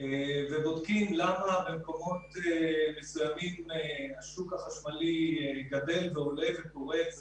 ובודקים למה במקומות מסוימים השוק החשמלי גדל והולך בעוד